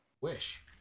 Wish